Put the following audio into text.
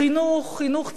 חינוך, חינוך ציבורי,